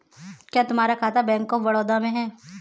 क्या तुम्हारा खाता बैंक ऑफ बड़ौदा में है?